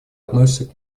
относится